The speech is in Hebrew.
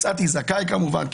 יצאתי זכאי כמובן,